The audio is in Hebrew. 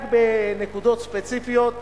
רק בנקודות ספציפיות.